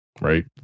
right